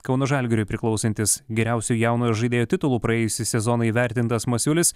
kauno žalgiriui priklausantis geriausio jaunojo žaidėjo titulu praėjusį sezoną įvertintas masiulis